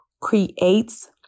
creates